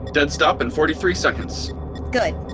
dead stop in forty-three seconds good.